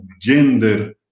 gender